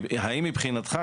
האם מבחינתך,